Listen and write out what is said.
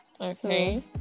Okay